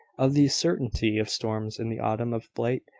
of the certainty of storms in the autumn, of blight,